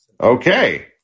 okay